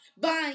buying